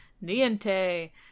Niente